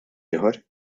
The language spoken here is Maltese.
ieħor